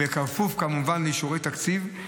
בכפוף כמובן לאישורי תקציב,